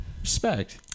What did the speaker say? Respect